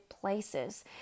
places